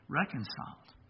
reconciled